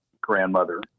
grandmother